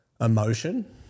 emotion